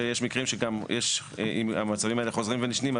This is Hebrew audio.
שיש מקרים שהמצבים האלה חוזרים ונשנים,